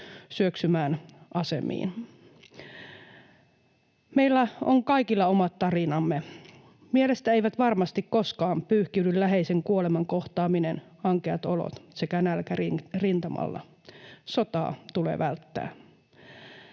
syöksymään asemiin. Meillä on kaikilla omat tarinamme. Mielestä eivät varmasti koskaan pyyhkiydy läheisen kuoleman kohtaaminen, ankeat olot sekä nälkä rintamalla. Sotaa tulee välttää.